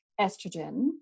estrogen